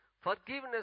Forgiveness